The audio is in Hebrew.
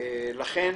אם